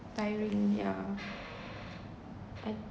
tiring yeah I